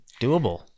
doable